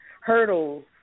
hurdles